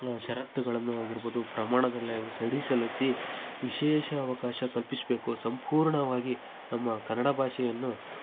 ಷರತ್ತುಗಳನ್ನು ಆಗಿರ್ಬೋದು ಪ್ರಮಾಣದಲ್ಲೆ ಸಡಿಲಿಸಿ ವಿಶೇಷ ಅವಕಾಶ ಕಲ್ಪಿಸಬೇಕು ಸಂಪೂರ್ಣವಾಗಿ ನಮ್ಮ ಕನ್ನಡ ಭಾಷೆಯನ್ನು